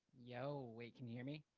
yo wait, can hear me?